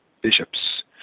bishops